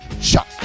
shot